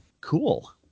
cool